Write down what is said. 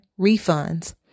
refunds